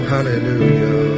hallelujah